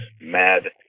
Mad